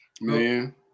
Man